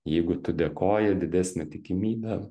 jeigu tu dėkoji didesnė tikimybė